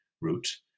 route